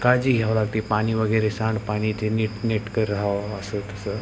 काळजी घ्यावं लागते आहे पाणी वगैरे सांडपाणी ते नीटनेटकं राहावं असं तसं